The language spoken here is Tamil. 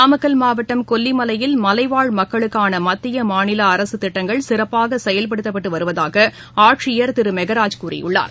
நாமக்கல் மாவட்டம் கொல்லிமலையில் மலைவாழ் மக்களுக்கான மத்திய மாநில அரசுத் திட்டங்கள் சிறப்பாக செயல்படுத்தப்பட்டு வருவதாக ஆட்சியர் திரு மெகராஜ் கூறியுள்ளார்